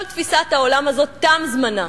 כל תפיסת העולם הזאת תם זמנה.